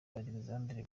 alexandre